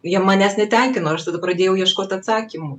jie manęs netenkino ir aš tada pradėjau ieškot atsakymų